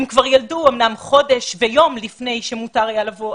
הן כבר ילדו אמנם חודש ויום לפני שמותר היה לבוא,